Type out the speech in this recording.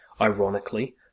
Ironically